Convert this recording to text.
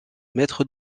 maître